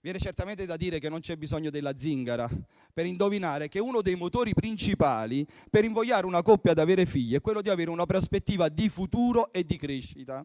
viene da dire che non c'è bisogno della zingara per indovinare che uno dei motori principali per invogliare una coppia ad avere figli è avere una prospettiva di futuro e di crescita.